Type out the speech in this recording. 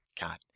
god